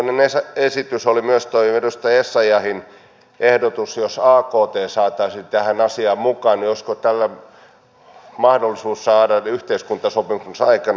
mielenkiintoinen esitys oli myös tuo edustaja essayahin ehdotus että jos akt saataisiin tähän asiaan mukaan niin olisiko tällä mahdollisuus saada yhteiskuntasopimus aikaan